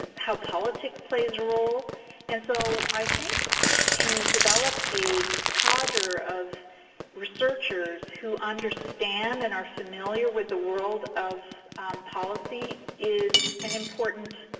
how politics plays a role and so i think to develop a cadre of researchers who understand and are familiar with the world of policy is an important